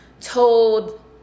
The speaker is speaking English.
told